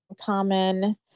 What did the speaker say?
common